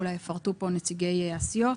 אולי יפרטו פה נציגי הסיעות.